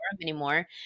anymore